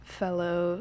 fellow